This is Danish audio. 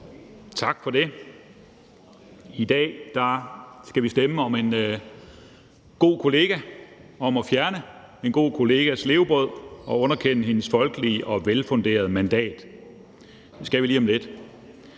Tak for det. I dag skal vi stemme om en god kollega, om at fjerne en god kollegas levebrød og underkende hendes folkelige og velfunderede mandat, og det skal vi lige om lidt.